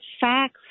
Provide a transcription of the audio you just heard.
facts